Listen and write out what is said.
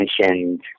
mentioned